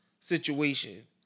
situation